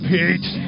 Pete